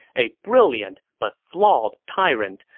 a brilliant but flawed tyrant,